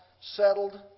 settled